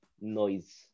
noise